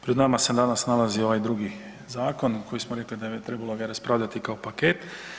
Pred nama se danas nalazi ovaj drugi zakon koji smo rekli da ga je trebalo raspravljati kao paket.